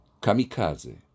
Kamikaze